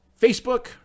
Facebook